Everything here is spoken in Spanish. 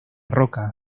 roca